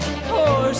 Poor